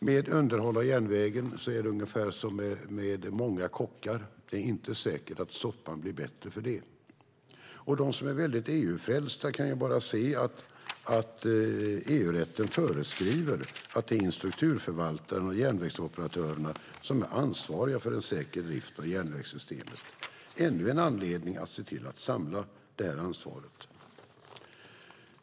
Med underhåll av järnvägen är det ungefär som med många kockar. Det är inte säkert att soppan blir bättre för det. Och de som är väldigt EU-frälsta kan ju bara se att EU-rätten föreskriver att det är infrastrukturförvaltaren och järnvägsoperatörerna som är ansvariga för en säker drift av järnvägssystemet. Det är ännu en anledning att se till att samla det här ansvaret.